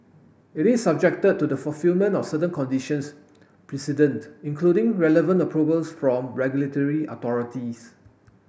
it is subjected to the fulfilment of certain conditions precedent including relevant approvals from regulatory authorities